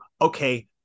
okay